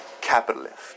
capitalist